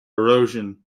erosion